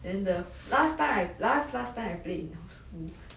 then the last time I last last time I played in law school